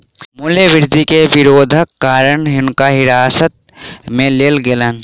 मूल्य वृद्धि के विरोधक कारण हुनका हिरासत में लेल गेलैन